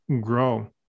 grow